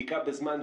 בדיקה בזמן,